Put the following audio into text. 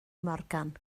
morgan